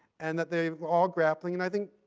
and that they all grappling, and, i think,